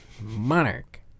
Monarch